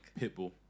Pitbull